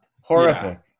Horrific